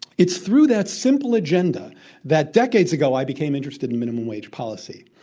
it's through that simple agenda that decades ago i became interested in minimum wage policy.